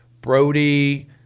Brody